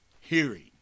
hearing